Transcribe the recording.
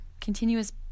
continuous